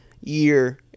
year